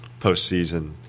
postseason